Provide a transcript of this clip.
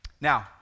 Now